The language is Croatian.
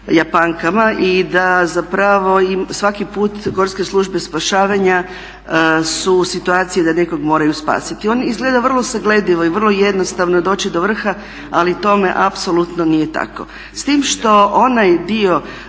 japankama i da zapravo svaki puta gorske službe spašavanja su u situaciji da nekog moraju spasiti. On izgleda vrlo sagledivo i vrlo jednostavno je doći do vrha, ali tome apsolutno nije tako.